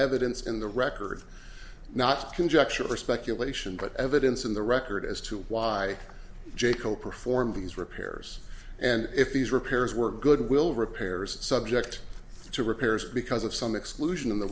evidence in the record not conjecture or speculation but evidence in the record as to why j cole performed these repairs and if these repairs were good will repairs subject to repairs because of some exclusion of the